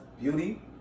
beauty